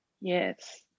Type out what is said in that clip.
yes